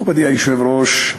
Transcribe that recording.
מכובדי היושב-ראש,